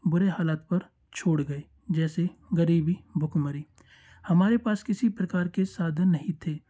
बुरे हालात पर छोड़ गए जैसे ग़रीबी भुकमरी हमारे पास किसी प्रकार के साधन नहीं थे